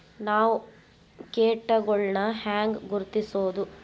ನಾವ್ ಕೇಟಗೊಳ್ನ ಹ್ಯಾಂಗ್ ಗುರುತಿಸೋದು?